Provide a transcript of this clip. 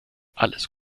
alles